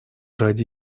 ради